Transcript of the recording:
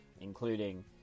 including